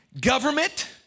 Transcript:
government